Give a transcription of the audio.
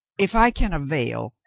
if i can avail,